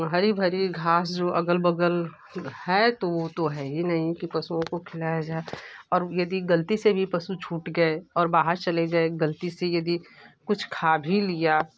हरी भरी घास जो अगल बगल है तो वो तो है ही नहीं कि पशुओं को खिलाया जाए और यदि गलती से भी पशु छूट गए और बाहर चले गए गलती से यदि कुछ खा भी लिया